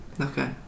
okay